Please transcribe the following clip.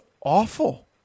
awful